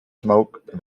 smoke